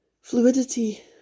Fluidity